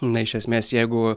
na iš esmės jeigu